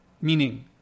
meaning